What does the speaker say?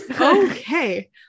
okay